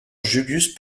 julius